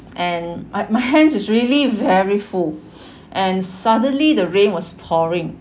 and I my hands is really very full and suddenly the rain was pouring